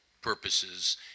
purposes